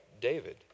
David